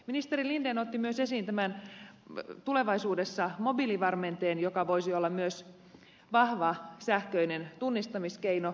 ministeri linden otti myös esiin tulevaisuudessa mobiilivarmenteen joka voisi olla myös vahva sähköinen tunnistamiskeino